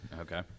Okay